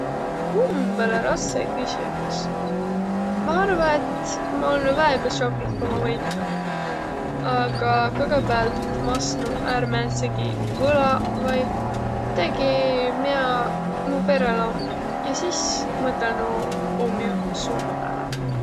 Umbõlõ rassõ küsüsmüs. Ma arva, et ma olnuq väega šokih, ku ma võitnuq aga kõgõpäält ma masnuq ärq määdsegi võlaq vai midägi, miä mu perrel om. Ja sis mõtõlnuq ummi suuvõ pääle.